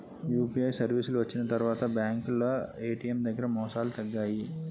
UPI సర్వీసులు వచ్చిన తర్వాత బ్యాంకులో ఏటీఎం దగ్గర మోసాలు తగ్గాయి